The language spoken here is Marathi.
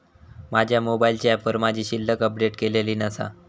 माझ्या मोबाईलच्या ऍपवर माझी शिल्लक अपडेट केलेली नसा